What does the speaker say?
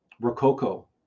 Rococo